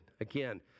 Again